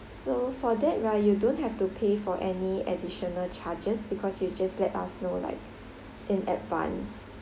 so for that right you don't have to pay for any additional charges because you just let us know like in advance